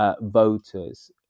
voters